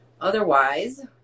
Otherwise